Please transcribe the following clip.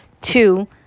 Two